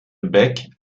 bec